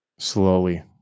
slowly